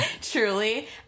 truly